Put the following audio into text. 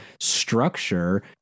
structure